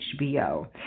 HBO